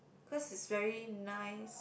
cause it's very nice